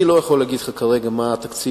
אני לא יכול להגיד לך כרגע מה התקציב.